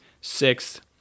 sixth